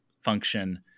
function